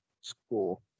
school